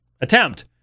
attempt